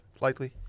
likely